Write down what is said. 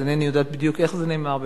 אז אינני יודעת בדיוק איך זה נאמר,